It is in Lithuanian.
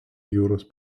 jūros